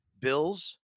bills